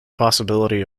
possibility